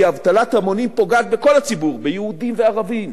כי אבטלת המונים פוגעת בכל הציבור: ביהודים ובערבים,